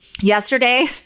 Yesterday